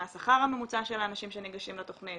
מה השכר הממוצע של האנשים שניגשים לתכנית,